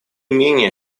менее